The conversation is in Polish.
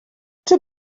czy